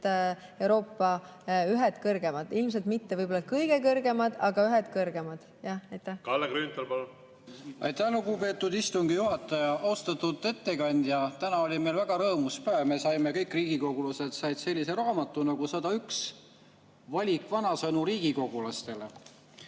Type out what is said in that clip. Euroopa ühed kõrgemad, ilmselt mitte kõige kõrgemad, aga ühed kõrgemad. Kalle Grünthal, palun! Aitäh, lugupeetud istungi juhataja! Austatud ettekandja! Täna oli meil väga rõõmus päev, kõik riigikogulased said sellise raamatu nagu "101. Valik vanasõnu riigikogulasele".